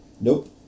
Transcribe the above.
Nope